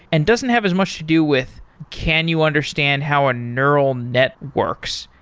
and doesn't have as much to do with, can you understand how a neural net works?